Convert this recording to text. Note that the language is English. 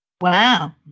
Wow